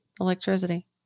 electricity